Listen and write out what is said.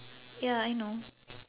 ya I know